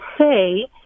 say